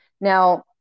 Now